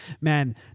Man